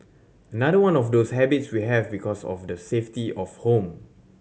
another one of those habits we have because of the safety of home